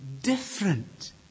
different